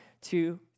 two